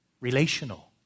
relational